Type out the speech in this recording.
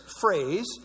phrase